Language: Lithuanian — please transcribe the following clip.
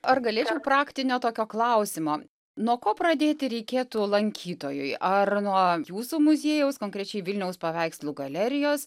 ar galėčiau praktinio tokio klausimo nuo ko pradėti reikėtų lankytojui ar nuo jūsų muziejaus konkrečiai vilniaus paveikslų galerijos